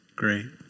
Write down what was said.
Great